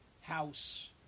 house